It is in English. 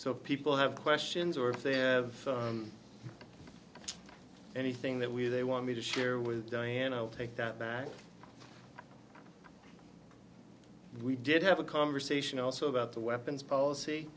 so people have questions or if they have anything that we they want me to share with diane i'll take that back we did have a conversation also about the weapons policy